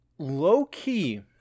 Low-key